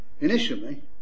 Initially